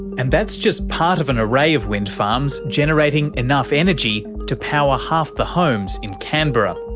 and that's just part of an array of wind farms generating enough energy to power half the homes in canberra.